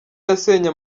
yasenye